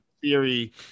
Theory